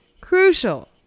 crucial